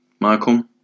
Michael